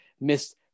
missed